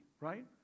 right